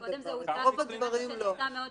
את רוב הדברים לא.